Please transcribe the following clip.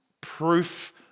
proof